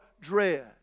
dread